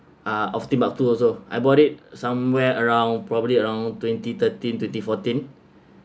uh of timbuktu also I bought it somewhere around probably around twenty thirteen twenty fourteen